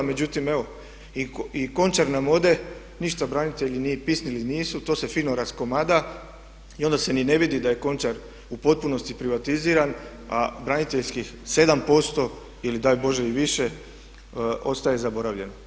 Međutim, evo i Končar nam ode, ništa branitelji ni pisnuli nisu, to se fino raskomada i onda se ni ne vidi da je Končar u potpunosti privatiziran a braniteljskih 7% ili daj Bože i više ostaje zaboravljeno.